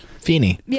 Feeny